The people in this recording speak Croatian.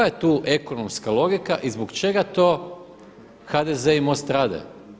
Koja je tu ekonomska logika i zbog čega to HDZ i MOST rade?